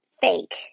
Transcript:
fake